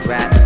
Rap